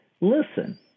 Listen